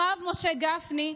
הרב משה גפני,